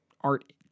art